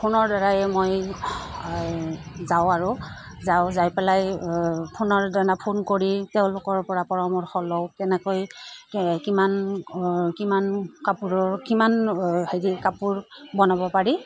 ফোনৰদ্বাৰাই মই যাওঁ আৰু যাওঁ যাই পেলাই ফোনৰদ্বাৰা ফোন কৰি তেওঁলোকৰপৰা পৰামৰ্শ লওঁ কেনেকৈ কিমান কিমান কাপোৰৰ কিমান হেৰি কাপোৰ বনাব পাৰি